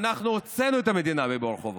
ואנחנו הוצאנו את המדינה מבור חובות.